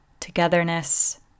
togetherness